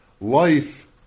Life